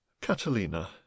Catalina